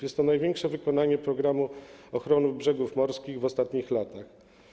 Jest to największe wykonanie „Programu ochrony brzegów morskich” w ostatnich latach.